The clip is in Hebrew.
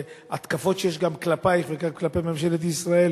והתקפות שיש גם כלפייך וכלפי ממשלת ישראל